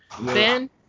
Ben